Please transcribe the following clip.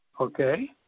Okay